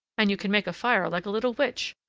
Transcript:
and you can make a fire like a little witch.